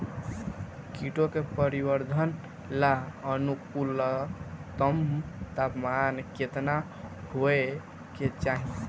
कीटो के परिवरर्धन ला अनुकूलतम तापमान केतना होए के चाही?